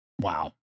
Wow